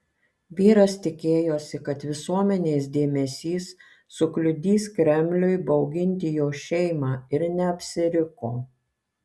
vyras tikėjosi kad visuomenės dėmesys sukliudys kremliui bauginti jo šeimą ir neapsiriko